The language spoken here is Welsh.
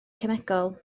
cemegol